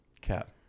Cap